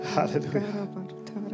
Hallelujah